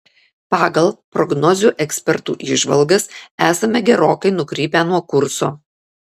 pagal prognozių ekspertų įžvalgas esame gerokai nukrypę nuo kurso